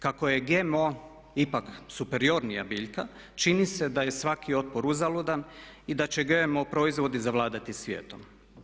Kako je GMO ipak superiornija biljka čini se da je svaki otpor uzaludan i da će GMO proizvodi zavladati svijetom.